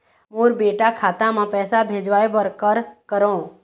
मोर बेटा खाता मा पैसा भेजवाए बर कर करों?